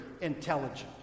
intelligent